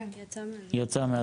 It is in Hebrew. יצא מהזום.